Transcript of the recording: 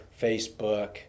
Facebook